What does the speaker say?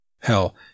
Hell